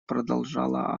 продолжала